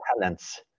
talents